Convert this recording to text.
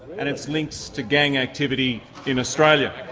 and its links to gang activity in australia,